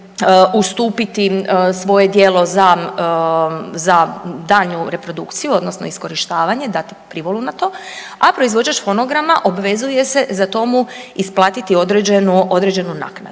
ustupiti svoje djelo za daljnju reprodukciju odnosno iskorištavanje dati privolu na to, a proizvođač fonograma obvezuje se za to mu isplatiti određenu naknadu.